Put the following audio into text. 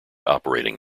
operating